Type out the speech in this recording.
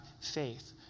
faith